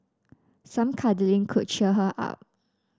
some cuddling could cheer her up